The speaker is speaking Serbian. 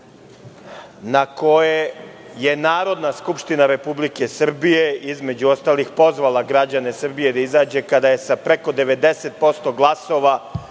na koje je Narodna skupština Republike Srbije između ostalih pozvala građane Srbije da izađu, kada je sa preko 90% glasova